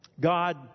God